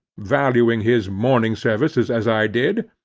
valuing his morning services as i did,